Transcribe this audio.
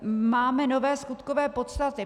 Máme nové skutkové podstaty.